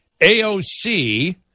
AOC